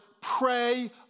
pray